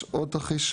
יש עוד תרחיש,